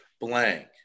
blank